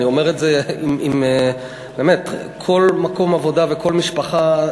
כל מקום עבודה וכל משפחה,